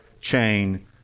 chain